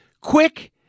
quick